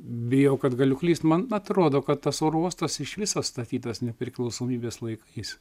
bijau kad galiu klyst man atrodo kad tas oro uostas iš viso statytas nepriklausomybės laikais